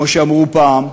כמו שאמרו פעם.